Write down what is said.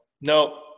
no